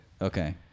Okay